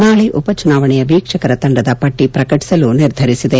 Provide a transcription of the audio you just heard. ನಾಳೆ ಉಪ ಚುನಾವಣೆಯ ವೀಕ್ಷಕರ ತಂಡದ ಪಟ್ಟಿ ಪ್ರಕಟಿಸಲು ನಿರ್ಧರಿಸಿದೆ